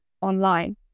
online